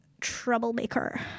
Troublemaker